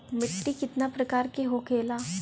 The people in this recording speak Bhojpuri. मिट्टी कितना प्रकार के होखेला?